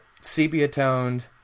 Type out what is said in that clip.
sepia-toned